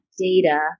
data